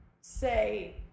say